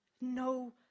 No